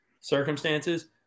circumstances